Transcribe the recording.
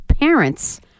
parents